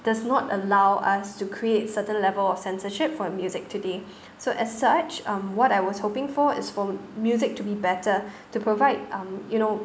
does not allow us to create certain level of censorship for music today so as such um what I was hoping for is for music to be better to provide um you know